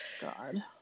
God